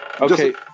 Okay